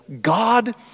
God